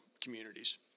communities